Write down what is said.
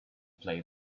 play